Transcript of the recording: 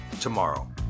tomorrow